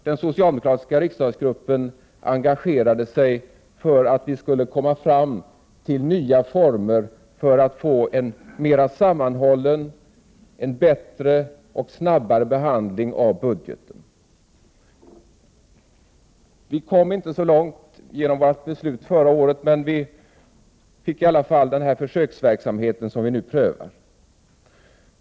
Den socialdemokratiska riksdagsgruppen engagerade sig för att vi skulle komma fram till nya former för att få en mer sammanhållen, bättre och snabbare behandling av budgeten. Vi kom inte så långt genom riksdagens beslut förra året, men vi fick i alla fall till stånd den försöksverksamhet som vi nu prövar.